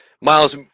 miles